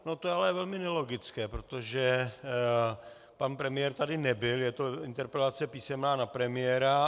To je ale velmi nelogické, protože pan premiér tady nebyl, je to interpelace písemná na premiéra.